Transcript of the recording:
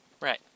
Right